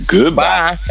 Goodbye